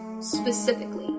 specifically